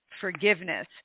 Forgiveness